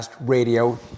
radio